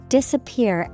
Disappear